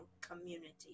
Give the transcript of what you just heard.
community